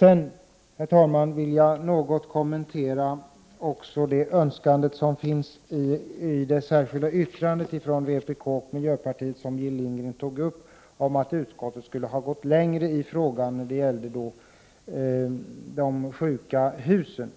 Vidare, herr talman, vill jag något kommentera önskemålet i det särskilda yttrandet från vpk och miljöpartiet, som Jill Lindgren tog upp, att utskottet borde ha gått längre i fråga om de sjuka husen.